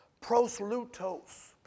proslutos